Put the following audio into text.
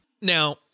Now